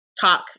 talk